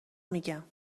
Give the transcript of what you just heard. میگم